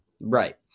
Right